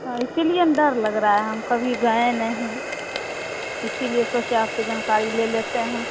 हाँ इसलिए ना डर लग रहा है हम कभी गए नहीं इसलिए सोचे आपसे जानकारी ले लेते हैं